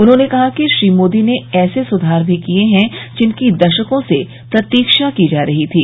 उन्होंने कहा कि श्री मोदी ने ऐसे सुधार भी किए हैं जिनकी दशकों से प्रतीक्षा की जा रही थी